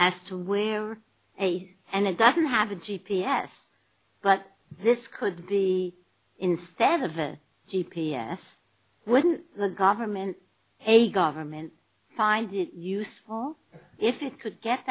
as to where and it doesn't have a g p s but this could be instead of a g p s wouldn't the government a government find it useful if it could get